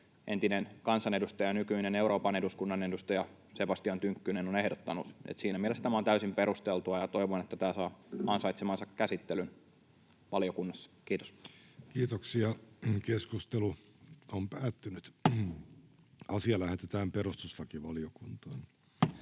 entinen kansanedustaja, nykyinen Euroopan eduskunnan edustaja Sebastian Tynkkynen on ehdottanut. Siinä mielessä tämä on täysin perusteltua, ja toivon, että tämä saa ansaitsemansa käsittelyn valiokunnassa. — Kiitos. === STRUCTURED CONTENT ===